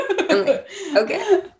Okay